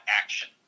action